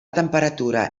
temperatura